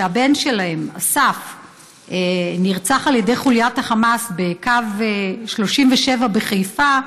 שהבן שלהם אסף נרצח על ידי חוליית החמאס בקו 37 בחיפה,